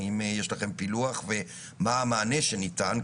האם יש לכם פילוח ומה המענה שניתן?